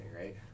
right